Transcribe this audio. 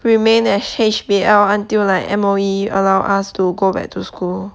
remain as H_B_L until like M_O_E allow us to go back to school